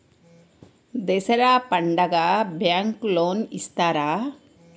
దసరా పండుగ bank loan ఇస్తారా?